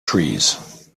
trees